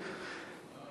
(העלאת סכומי שכר מינימום,